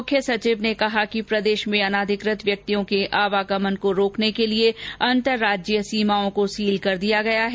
मुख्य सचिव ने कहा कि प्रदेश में अनाधिकृत व्यक्तियों के आवागमन को रोकने के लिए अंतरराज्यीय सीमाओं को सील कर दिया गया है